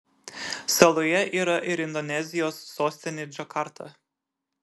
saloje yra ir indonezijos sostinė džakarta